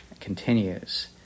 continues